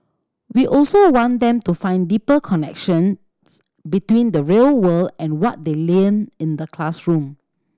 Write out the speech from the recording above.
we also want them to find deeper connections between the real world and what they in the classroom